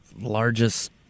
Largest